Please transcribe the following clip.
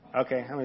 Okay